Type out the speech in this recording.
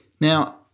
Now